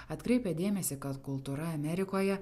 atkreipė dėmesį kad kultūra amerikoje